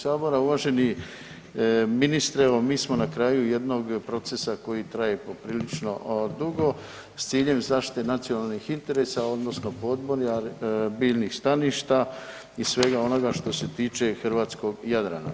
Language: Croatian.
Uvaženi ministre, evo mi smo na kraju jednog procesa koji traje poprilično dugo s ciljem zaštite nacionalnih interesa odnosno podmorja, biljnih staništa i svega onoga što se tiče hrvatskog Jadrana.